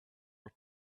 were